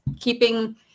keeping